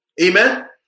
Amen